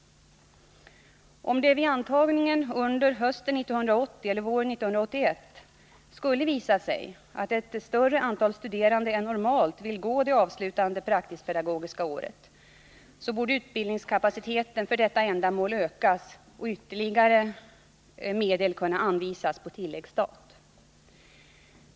Om det vid antagningen under hösten 1980 eller våren 1981 skulle visa sig att ett större antal studerande än normalt vill gå det avslutande praktisktpedagogiska året, borde utbildningskapaciteten för detta ändamål ökas och ytterligare medel kunna anvisas på tilläggsstat.